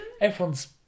everyone's